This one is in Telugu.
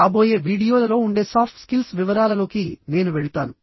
రాబోయే వీడియోలలో ఉండే సాఫ్ట్ స్కిల్స్ వివరాలలోకి నేను వెళ్తాను